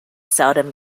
seldom